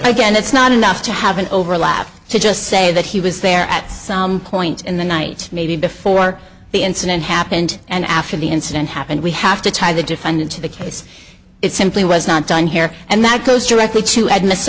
again it's not enough to have an overlap to just say that he was there at some point in the night maybe before the incident happened and after the incident happened we have to tie the defendant to the case it simply was not done here and that goes directly to